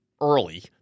early